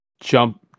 jump